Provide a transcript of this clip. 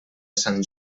sant